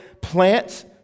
plants